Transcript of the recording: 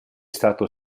stato